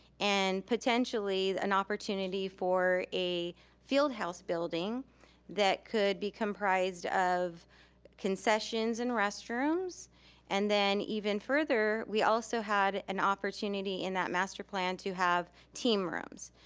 and potentially an opportunity for a field house building that could be comprised of concessions and restrooms and then even further we also had an opportunity in that master plan to have team rooms.